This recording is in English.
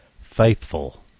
faithful